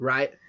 Right